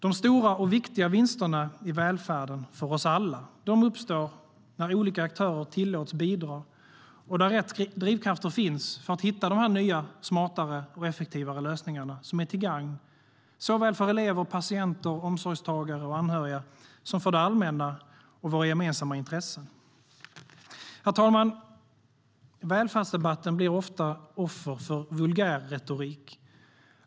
De stora och viktiga vinsterna i välfärden - för oss alla - uppstår när olika aktörer tillåts bidra och när rätt drivkrafter finns för att hitta de nya, smartare och effektivare lösningar som är till gagn för såväl elever, patienter, omsorgstagare och anhöriga som det allmänna och våra gemensamma intressen. Herr talman! Välfärdsdebatten faller ofta offer för vulgärretorik.